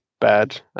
bad